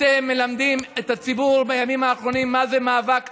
אתם מלמדים את הציבור בימים האחרונים מה זה מאבק צודק,